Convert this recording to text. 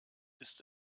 ist